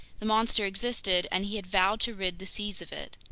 the monster existed, and he had vowed to rid the seas of it.